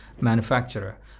manufacturer